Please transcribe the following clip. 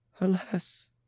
Alas